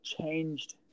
changed